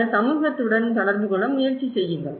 பின்னர் சமூகத்துடன் தொடர்பு கொள்ள முயற்சி செய்யுங்கள்